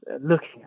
looking